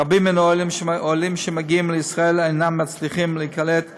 רבים מן העולים שמגיעים לישראל אינם מצליחים להיקלט בה,